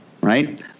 right